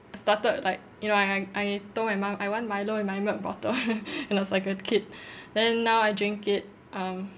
started like you know I I I told my mum I want milo in my milk bottle when I was like a kid then now I drink it um